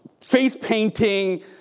face-painting